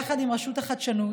יחד עם רשות החדשנות,